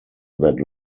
that